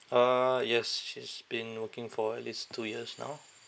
uh yes she's been working for at least two years now